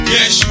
Yes